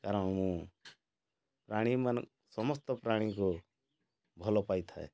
କାରଣ ମୁଁ ପ୍ରାଣୀ ସମସ୍ତ ପ୍ରାଣୀକୁ ଭଲ ପାଇଥାଏ